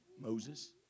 Moses